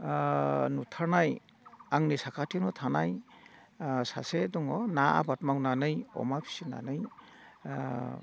नुथारनाय आंनि साखाथियाव थानाय सासे दङ ना आबाद मावनानै अमा फिसिनानै